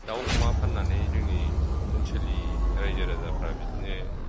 दाउ अमा फाननानै जोंनि ओनसोलनि रायजो राजाफ्रा बिदिनो